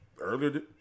earlier